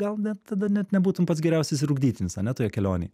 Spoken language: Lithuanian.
gal net tada net nebūtum pats geriausias ir ugdytinis ane toje kelionėj